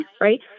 right